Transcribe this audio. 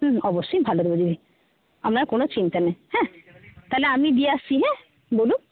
হুম অবশ্যই ভালো দেবো দিদি আপনার কোনো চিন্তা নেই হ্যাঁ তাহলে আমিই দিয়ে আসছি হ্যাঁ বলুন